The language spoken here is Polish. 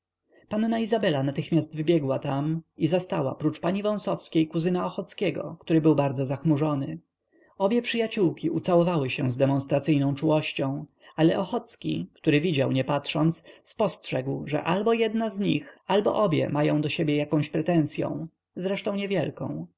panna izabela natychmiast wybiegła tam i zastała oprócz pani wąsowskiej kuzynka ochockiego który był bardzo zachmurzony obie przyjaciółki ucałowały się z demonstracyjną czułością ale ochocki który widział nie patrząc spostrzegł że albo jedna z nich albo obie mają do siebie jakąś pretensyą zresztą niewielką